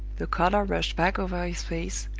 the color rushed back over his face,